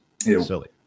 silly